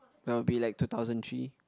that will be like two thousand three